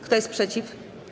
Kto jest przeciw?